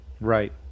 right